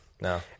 no